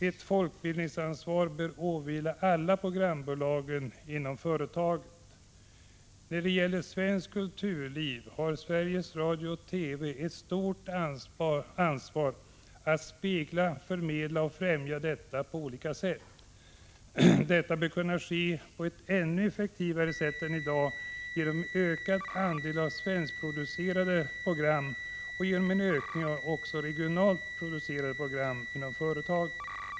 Ett folkbildningsansvar bör åvila alla programbolag inom företaget. Inom svenskt kulturliv har Sveriges Radio/TV ett stort ansvar när det gäller att spegla, förmedla och främja detta på olika sätt. Det bör kunna ske ännu effektivare än som i dag är fallet genom en ökad andel svenskproducerade program och även genom en ökning av regionalt producerade program inom företagen.